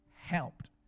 helped